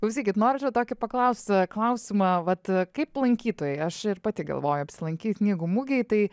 klausykit noriu čia tokį paklausti klausimą vat kaip lankytojai aš ir pati galvoju apsilankyt knygų mugėj tai